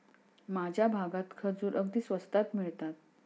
माझ्या भागात खजूर अगदी स्वस्तात मिळतात